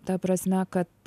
ta prasme kad